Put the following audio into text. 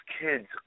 kids